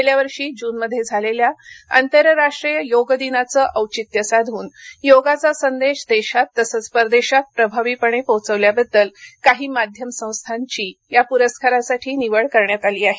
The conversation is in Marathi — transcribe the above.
गेल्या वर्षी जनमध्ये झालेल्या आंतरराष्टीय योग दिनाचं औचित्य साधन योगाचा संदेश देशात तसंच परदेशात प्रभावीपणे पोहोचवल्याबद्दल काही माध्यम संस्थांची या पुरस्कारासाठी निवड करण्यात आली आहे